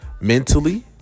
mentally